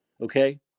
okay